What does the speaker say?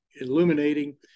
illuminating